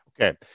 Okay